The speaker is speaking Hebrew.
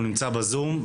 הוא נמצא בזום,